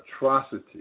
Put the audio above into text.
atrocity